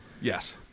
Yes